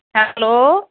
hello